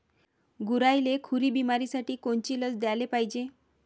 गुरांइले खुरी बिमारीसाठी कोनची लस द्याले पायजे?